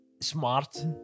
smart